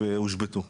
אתה עושה עבודה טובה,